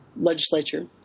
legislature